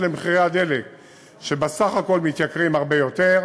למחיר הדלק שבסך הכול מתייקר הרבה יותר,